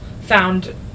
found